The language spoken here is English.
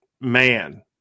man